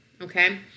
Okay